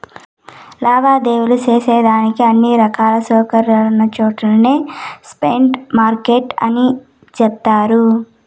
లావాదేవీలు సేసేదానికి అన్ని రకాల సౌకర్యాలున్నచోట్నే స్పాట్ మార్కెట్లు పని జేస్తయి